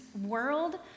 world